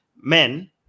men